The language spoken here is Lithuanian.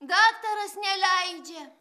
daktaras neleidžia